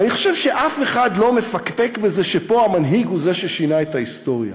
אני חושב שאף אחד לא מפקפק בזה שפה המנהיג הוא זה ששינה את ההיסטוריה.